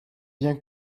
bien